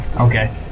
Okay